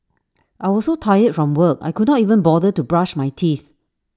I was so tired from work I could not even bother to brush my teeth